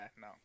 no